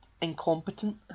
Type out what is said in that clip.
incompetent